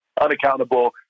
unaccountable